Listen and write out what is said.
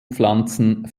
pflanzen